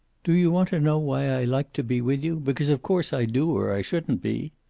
do you want to know why i like to be with you? because of course i do, or i shouldn't be.